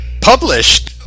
published